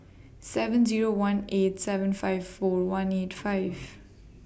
seven Zero one eight seven five four one eight five